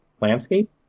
landscape